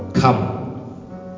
Come